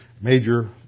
major